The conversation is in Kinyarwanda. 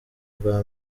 bwa